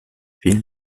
vielen